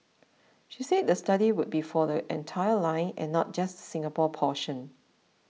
she said the study would be for the entire line and not just Singapore portion